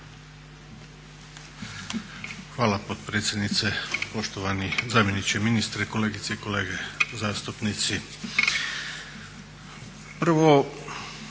Hvala potpredsjednice. Poštovani zamjeniče ministra, kolegice i kolege zastupnici. Prvo,